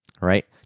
right